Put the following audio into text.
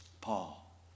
Paul